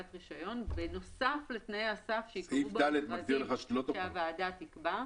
בנוסף לתנאי הסף שייקבעו במכרזים שהוועדה תקבע.